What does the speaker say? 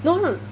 no 他是